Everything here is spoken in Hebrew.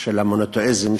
של המונותיאיזם,